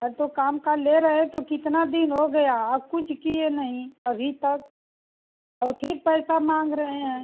अरे तो काम का ले रहे हैं तो कितना दिन हो गया और कुछ किए नहीं अभी तक और फिर पैसा मांग रहे हैं